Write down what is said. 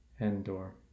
Endor